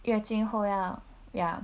月经后要 ya